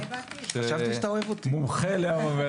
ראשית אני רוצה לברך את השרה תמר זנדברג,